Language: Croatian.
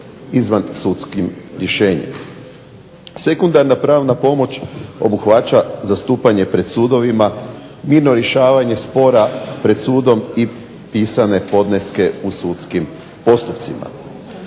izvansudskim rješenjem. Sekundarna pravna pomoć obuhvaća zastupanje pred sudovima, mirno rješavanje spora pred sudom i pisane podneske u sudskim postupcima.